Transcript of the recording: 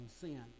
sin